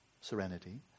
serenity